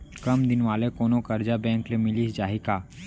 कम दिन वाले कोनो करजा बैंक ले मिलिस जाही का?